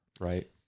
Right